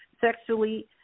sexually